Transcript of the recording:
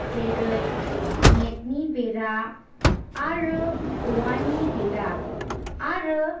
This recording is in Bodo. जेरै नेटनि बेरा आरो औवानि बेरा आरो